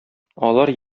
алар